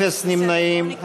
אפס נמנעים.